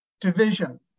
division